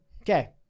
Okay